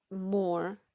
More